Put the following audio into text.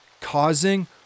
causing